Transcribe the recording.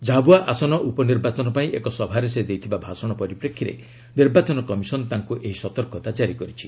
ଝାବୁଆ ଆସନ ଉପନିର୍ବାଚନ ପାଇଁ ଏକ ସଭାରେ ସେ ଦେଇଥିବା ଭାଷଣ ପରିପ୍ରେକ୍ଷୀରେ ନିର୍ବାଚନ କମିଶନ୍ ତାଙ୍କୁ ଏହି ସତର୍କତା କାରି କରିଛି